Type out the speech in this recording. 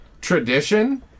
tradition